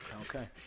okay